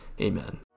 Amen